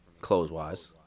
clothes-wise